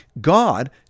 God